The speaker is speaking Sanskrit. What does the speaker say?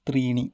त्रीणि